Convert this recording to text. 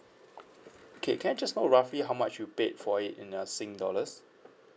okay can I just know roughly how much you paid for it in uh sing dollars